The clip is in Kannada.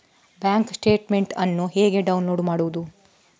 ಬ್ಯಾಂಕ್ ಸ್ಟೇಟ್ಮೆಂಟ್ ಅನ್ನು ಹೇಗೆ ಡೌನ್ಲೋಡ್ ಮಾಡುವುದು?